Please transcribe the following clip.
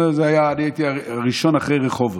אני הייתי הראשון אחרי רחובות.